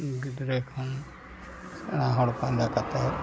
ᱜᱤᱫᱽᱨᱟᱹ ᱠᱷᱚᱱ ᱥᱮᱬᱟ ᱦᱚᱲ ᱯᱟᱸᱡᱟ ᱠᱟᱛᱮᱫ